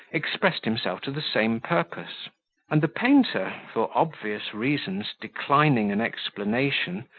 expressed himself to the same purpose and the painter, for obvious reasons, declining an explanation,